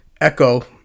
echo